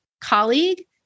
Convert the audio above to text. colleague